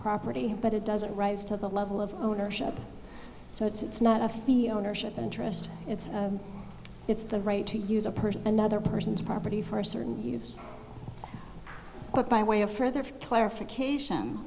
property but it doesn't rise to the level of ownership so it's not a ownership interest it's it's the right to use a person another person's property for a certain use by way of further clarification